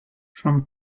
from